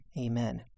Amen